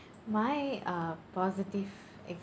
my uh positive